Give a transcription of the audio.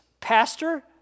pastor